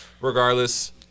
regardless